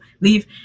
leave